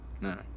No